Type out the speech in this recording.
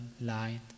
light